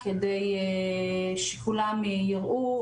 כדי שכולם יראו.